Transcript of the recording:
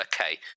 okay